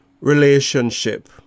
relationship